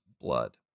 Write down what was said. blood